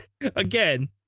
again